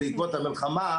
גם מאוקראינה וגם מרוסיה,